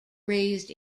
raised